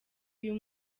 uyu